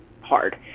hard